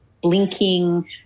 blinking